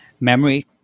memory